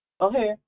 Okay